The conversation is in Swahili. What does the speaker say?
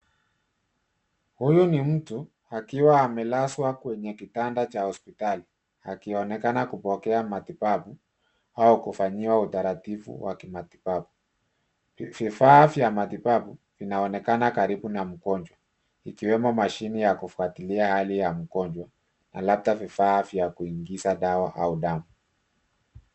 Huyu ni mtu akiwa amelazwa kwa kitanda cha hospitali akionekana kupokea matibabu au kufanyiwa utaratibu wa kimatibabu. Vifaa vya matibabu vinaonekana karibu na mgonjwa ikiwemo mashine ya kufuatilia hali ya mgonjwa na labda vifaa vya kuingiza dawa au damu.